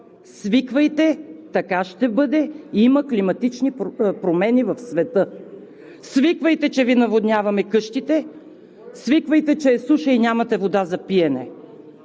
свиквайте, така ще бъде, има климатични промени в света. Свиквайте, че Ви наводняваме къщите, свиквайте, че е суша и нямате вода за пиене.